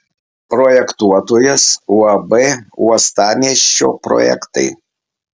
projektuotojas uab uostamiesčio projektai